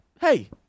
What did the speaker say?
hey